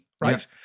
right